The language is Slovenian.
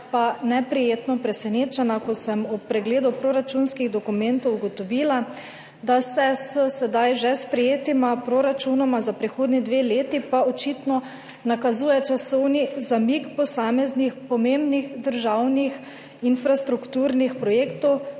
bila neprijetno presenečena, ko sem ob pregledu proračunskih dokumentov ugotovila, da se s sedaj že sprejetima proračunoma za prihodnji dve leti očitno nakazuje časovni zamik posameznih pomembnih državnih infrastrukturnih projektov,